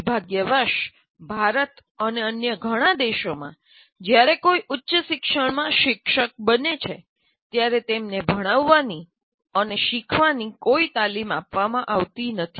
દુર્ભાગ્યવશ ભારત અને અન્ય ઘણા દેશોમાં જ્યારે કોઈ ઉચ્ચશિક્ષણમાં શિક્ષક બને છે ત્યારે તેમને ભણાવવાની અને શીખવાની કોઈ તાલીમ આપવામાં આવતી નથી